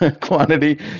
quantity